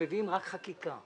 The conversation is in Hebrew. שמביאים רק חקיקה.